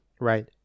right